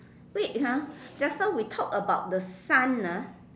wait ah just now we talk about the sun ah